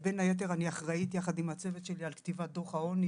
הסקר הזה, כפי שאמרתי, תוקף גם באמריקה,